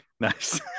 nice